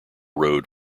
road